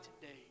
today